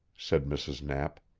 said mrs. knapp.